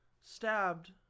Stabbed